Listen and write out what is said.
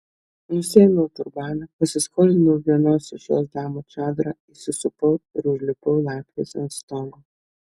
nusiėmiau turbaną pasiskolinau vienos iš jos damų čadrą įsisupau ir užlipau laiptais ant stogo